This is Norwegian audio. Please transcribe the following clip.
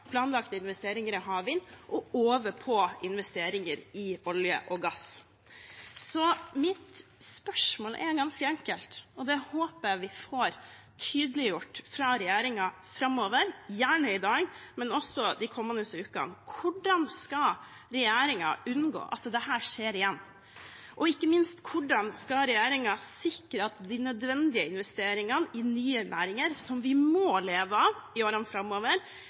planlagte investeringer i havvind og over på investeringer i olje og gass. Mitt spørsmål er ganske enkelt, og det håper jeg vi får tydeliggjort fra regjeringen framover – gjerne i dag, men også de kommende ukene: Hvordan skal regjeringen unngå at dette skjer igjen? Og ikke minst: Hvordan skal regjeringen sikre at de nødvendige investeringene i nye næringer, som vi må leve av i årene framover,